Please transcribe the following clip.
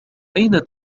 أين